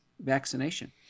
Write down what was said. vaccination